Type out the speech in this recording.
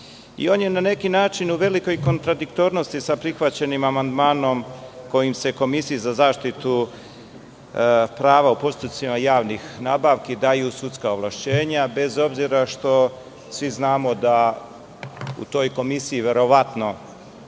i on je na neki način u velikoj kontradiktornosti sa prihvaćenim amandmanom kojim se Komisiji za zaštitu prava o postupcima javnih nabavki daju sudska ovlašćenja bez obzira što svi znamo da u toj komisiji verovatno